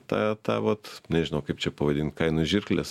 tą tą vot nežinau kaip čia pavadint kainų žirklės